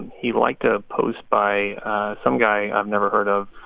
he liked a post by some guy i've never heard of.